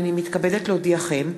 הנני מתכבדת להודיעכם,